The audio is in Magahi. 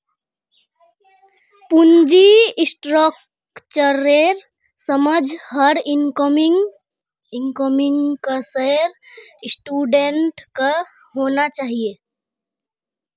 पूंजी स्ट्रक्चरेर समझ हर इकोनॉमिक्सेर स्टूडेंटक होना चाहिए